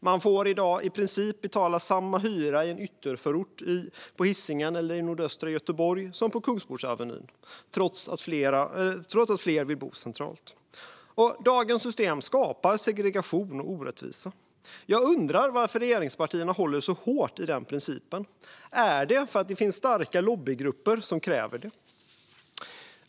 Man får i dag i princip betala samma hyra i en ytterförort, på Hisingen eller i nordöstra Göteborg, som på Kungsportsavenyn, trots att fler vill bo centralt. Dagens system skapar segregation och orättvisa. Jag undrar varför regeringspartierna håller så hårt i denna princip. Är det för att det finns starka lobbygrupper som kräver det?